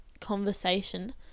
conversation